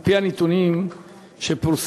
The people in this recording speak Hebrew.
על-פי הנתונים שפורסמו,